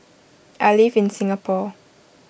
I live in Singapore